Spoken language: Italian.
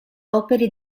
opere